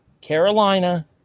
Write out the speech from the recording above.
Carolina